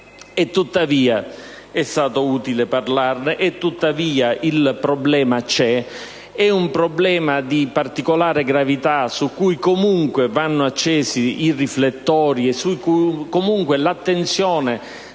Tuttavia, è stato utile parlarne, ma il problema rimane: è un problema di particolare gravità, su cui comunque vanno accesi i riflettori e su cui l'attenzione